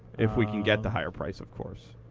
if we can get the higher price, of course.